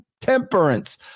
temperance